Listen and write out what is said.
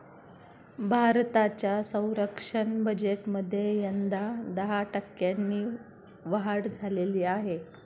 भारताच्या संरक्षण बजेटमध्ये यंदा दहा टक्क्यांनी वाढ झालेली आहे